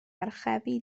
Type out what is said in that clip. archebu